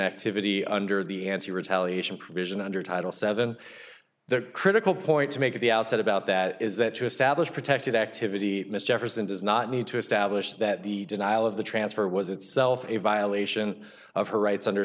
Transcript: activity under the anti retaliating provision under title seven the critical point to make at the outset about that is that to establish protected activity mr jefferson does not need to establish that the denial of the transfer was itself a violation of her rights under